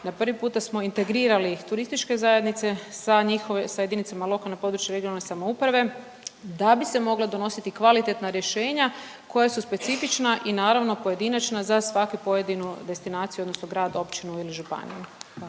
no prvi puta smo integrirali turističke zajednice sa JLPRS da bi se mogla donositi kvalitetna rješenja koja su specifična i naravno pojedinačna za svaku pojedinu destinaciju odnosno grad, općinu ili županiju,